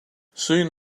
soon